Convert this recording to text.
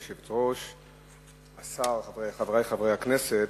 כבוד היושבת-ראש, השר, חברי חברי הכנסת,